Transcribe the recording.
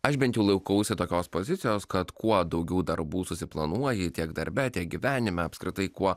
aš bent jų laikausi tokios pozicijos kad kuo daugiau darbų susiplanuoji tiek darbe tiek gyvenime apskritai kuo